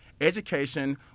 education